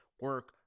Work